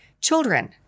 children